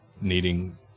needing